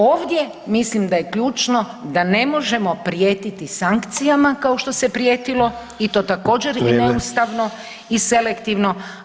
Ovdje mislim da je ključno da ne možemo prijetiti sankcijama kao što se prijetilo i to je također neustavno [[Upadica Sanader: Vrijeme.]] i selektivno.